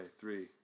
three